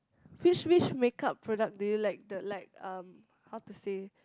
which which makeup product do you like the like um how to say